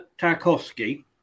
Tarkovsky